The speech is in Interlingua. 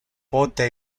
pote